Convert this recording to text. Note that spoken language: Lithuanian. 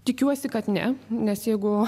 tikiuosi kad ne nes jeigu